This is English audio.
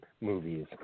movies